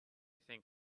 think